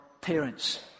parents